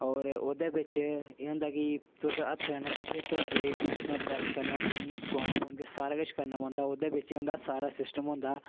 होर ओह्दे बिच्च एह् होंदा कि तुस हत्थै कन्नै कपड़े धोगे फ्ही तुसें प्रेस करना पौनी सकाना पौंदे सारा किश करना पौंदा ओह्दे बिच केह् होंदा सारा सिस्टम होंदा